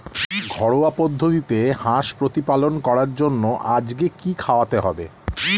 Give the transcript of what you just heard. ঘরোয়া পদ্ধতিতে হাঁস প্রতিপালন করার জন্য আজকে কি খাওয়াতে হবে?